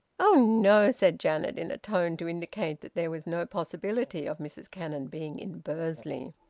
oh no! said janet, in a tone to indicate that there was no possibility of mrs cannon being in bursley.